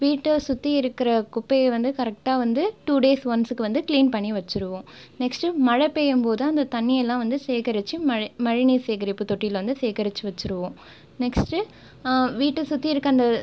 வீட்டை சுற்றி இருக்கிற குப்பையை வந்து கரெக்டாக வந்து டு டேஸ் ஒன்ஸ்கு வந்து கிளீன் பண்ணி வச்சுருவோ நெக்ஸ்ட்டு மழை பெய்யும் போது அந்த தண்ணியிலாம் வந்து சேகரிச்சு மழை மழை நீர் சேகரிப்பு தொட்டியில வந்து சேகரிச்சு வச்சுருவோம் நெக்ஸ்ட்டு வீட்டை சுற்றி இருக்க அந்த